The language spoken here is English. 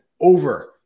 over